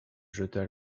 jeta